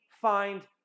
find